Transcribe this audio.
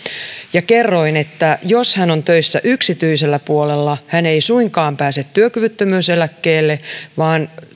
ja kerroin että jos hän on töissä yksityisellä puolella hän ei suinkaan pääse työkyvyttömyyseläkkeelle vaan